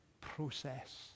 process